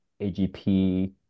AGP